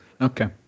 okay